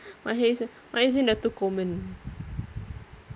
maher maher zain dah too common